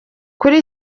kuri